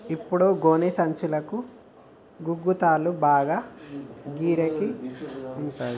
ఇప్పుడు గోనె సంచులకు, గోగు తాళ్లకు బాగా గిరాకి ఉంటంది